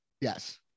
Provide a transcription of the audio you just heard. Yes